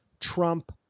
Trump